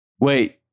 Wait